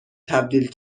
تبدیل